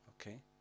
okay